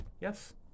Yes